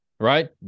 right